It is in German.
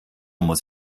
muss